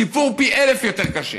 זה סיפור פי אלף יותר קשה,